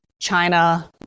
China